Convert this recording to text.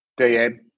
DM